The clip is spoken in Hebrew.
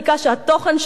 שהתוכן שלה: